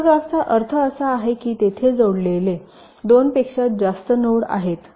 hyper graph चा अर्थ असा आहे की तेथे जोडलेले दोनपेक्षा जास्त नोड आहेत